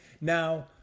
Now